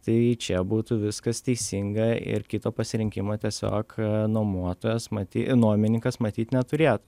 tai čia būtų viskas teisinga ir kito pasirinkimo tiesiog nuomotojas matyt nuomininkas matyt neturėtų